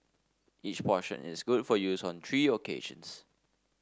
each portion is good for use on three occasions